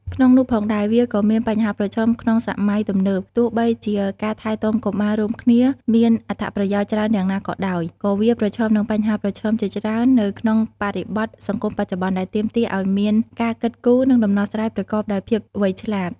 ក្នុងនោះផងដែរ វាក៏មានបញ្ហាប្រឈមក្នុងសម័យទំនើប ទោះបីជាការថែទាំកុមាររួមគ្នាមានអត្ថប្រយោជន៍ច្រើនយ៉ាងណាក៏ដោយ ក៏វាប្រឈមនឹងបញ្ហាប្រឈមជាច្រើននៅក្នុងបរិបទសង្គមបច្ចុប្បន្ន ដែលទាមទារឱ្យមានការគិតគូរ និងដំណោះស្រាយប្រកបដោយភាពវៃឆ្លាត។